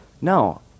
no